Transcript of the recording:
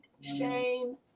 shame